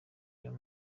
iyo